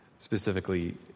specifically